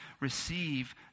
receive